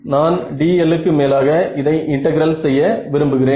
நான் dl க்கு மேலாக இதை இன்டெகிரல் செய்ய விரும்புகிறேன்